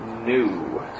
New